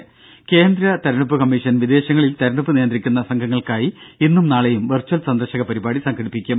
ത കേന്ദ്ര തെരഞ്ഞെടുപ്പ് കമ്മീഷൻ വിദേശങ്ങളിൽ തെരഞ്ഞെടുപ്പ് നിയന്ത്രിക്കുന്ന സംഘങ്ങൾക്കായി ഇന്നും നാളെയും വെർച്വൽ സന്ദർശക പരിപാടി സംഘടിപ്പിക്കും